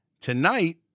Tonight